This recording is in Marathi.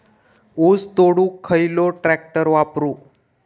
ऊस तोडुक खयलो ट्रॅक्टर वापरू?